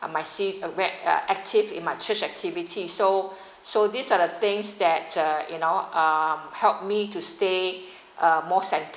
my read uh active in my church activity so so these are the things that uh you know um helped me to stay uh more